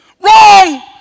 Wrong